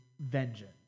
vengeance